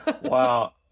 Wow